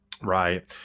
right